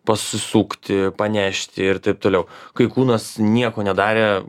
pasisukti panešti ir taip toliau kai kūnas nieko nedarė